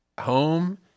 Home